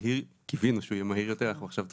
מהיר יותר קיווינו שהוא יהיה מהיר יותר ואנחנו עכשיו.